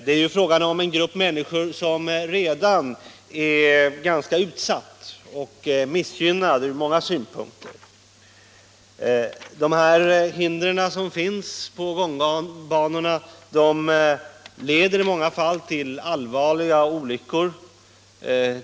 Det är en grupp människor som redan är utsatt och missgynnad från många synpunkter. Hinder på gångbanorna leder i många fall till allvarliga olyckor.